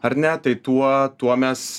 ar ne tai tuo tuo mes